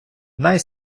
най